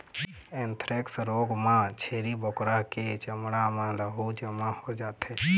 anthrax रोग म छेरी बोकरा के चमड़ा म लहू जमा हो जाथे